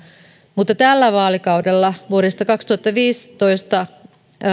mutta tällä vaalikaudella vuodesta kaksituhattaviisitoista